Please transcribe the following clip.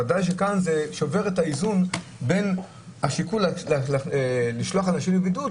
בוודאי שכאן זה שובר את האיזון בין השיקול לשלוח אנשים לבידוד,